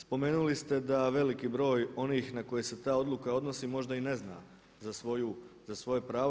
Spomenuli ste da veliki broj onih na koje se ta odluka odnosi možda i ne zna za svoje pravo.